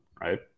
right